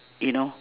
you know